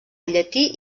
llatí